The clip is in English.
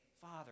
Father